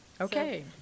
Okay